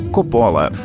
Coppola